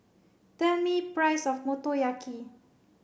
tell me price of Motoyaki